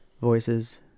voices